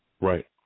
Right